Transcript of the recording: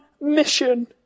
mission